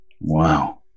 Wow